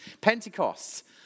Pentecost